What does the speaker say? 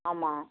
ஆமாம்